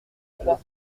trois